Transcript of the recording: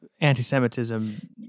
anti-Semitism